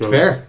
Fair